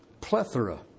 plethora